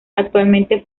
actualmente